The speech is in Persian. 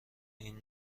این